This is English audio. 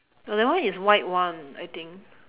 no that one is white one I think